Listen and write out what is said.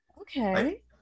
okay